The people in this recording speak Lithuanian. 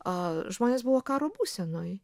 a žmonės buvo karo būsenoj